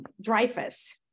Dreyfus